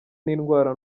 n’indwara